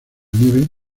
nieve